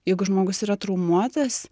jeigu žmogus yra traumuotas